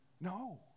No